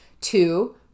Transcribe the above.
Two